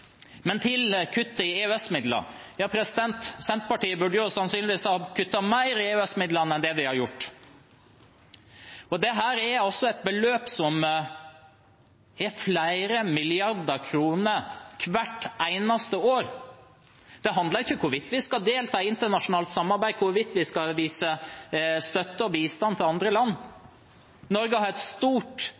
men for å bruke pengene på andre ting. Til kuttet i EØS-midler: Senterpartiet burde sannsynligvis ha kuttet mer i EØS-midlene enn det vi har gjort. Dette er altså et beløp som er på flere milliarder kroner hvert eneste år. Det handler ikke om hvorvidt vi skal delta i internasjonalt samarbeid, eller hvorvidt vi skal vise støtte og bistand til andre land. Norge har et stort